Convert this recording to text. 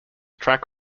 track